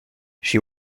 she